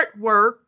artwork